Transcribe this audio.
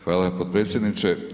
Hvala potpredsjedniče.